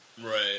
Right